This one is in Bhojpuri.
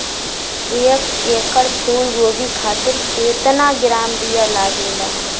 एक एकड़ फूल गोभी खातिर केतना ग्राम बीया लागेला?